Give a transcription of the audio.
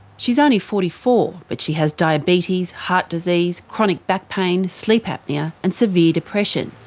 she's only forty four, but she has diabetes, heart disease, chronic back pain, sleep apnoea and severe depression.